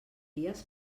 dies